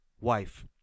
wife